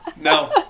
no